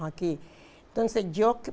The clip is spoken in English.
hockey then said joke